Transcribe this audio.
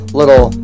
little